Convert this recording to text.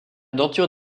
denture